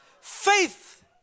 Faith